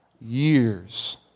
years